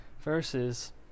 versus